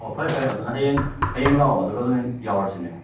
ꯑꯣ ꯐꯔꯦ ꯐꯔꯦ ꯑꯗꯨꯅ ꯍꯌꯦꯡ ꯍꯌꯦꯡ ꯂꯥꯛꯑꯣ ꯑꯗꯨꯒ ꯑꯗꯨꯃꯥꯏꯅ ꯌꯥꯎꯔꯁꯤꯅꯦ